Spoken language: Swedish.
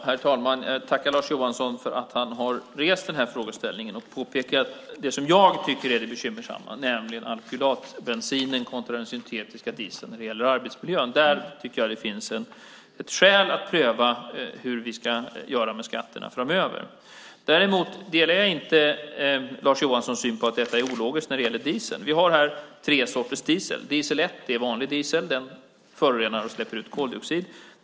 Herr talman! Jag tackar Lars Johansson för att han har rest den här frågeställningen och påpekat det som jag tycker är det bekymmersamma, nämligen alkylatbensinen kontra den syntetiska dieseln när det gäller arbetsmiljön. Där tycker jag att det finns skäl att pröva hur vi ska göra med skatterna framöver. Däremot delar jag inte Lars Johanssons syn på att detta är ologiskt när det gäller dieseln. Vi har tre sorters diesel här. Diesel 1 är vanlig diesel. Den förorenar och släpper ut koldioxid.